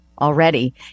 already